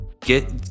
Get